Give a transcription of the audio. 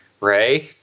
Ray